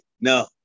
No